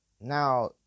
Now